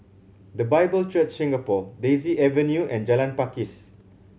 The Bible Church Singapore Daisy Avenue and Jalan Pakis